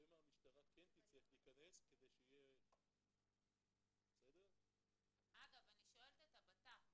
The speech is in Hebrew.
שמא המשטרה כן תצטרך להיכנס כדי שיהיה --- אני שואלת את הבט"פ,